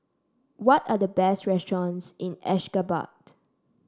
what are the best restaurants in Ashgabat